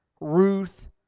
ruth